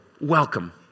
welcome